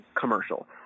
commercial